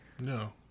No